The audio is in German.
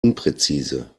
unpräzise